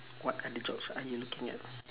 what other jobs are you looking at